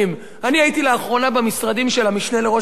אני הייתי לאחרונה במשרדים של המשנה לראש הממשלה,